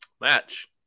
match